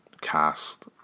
cast